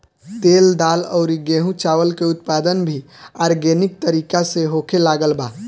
तेल, दाल अउरी गेंहू चावल के उत्पादन भी आर्गेनिक तरीका से होखे लागल बा